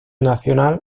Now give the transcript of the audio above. nacional